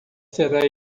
será